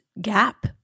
gap